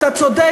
אתה צודק,